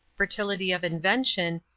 fertility of invention,